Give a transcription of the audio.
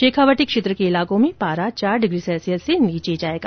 शेखावाटी क्षेत्र के इलाकों में पारा चार डिग्री सैल्सियस से नीचे जाएगा